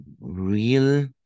real